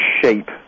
shape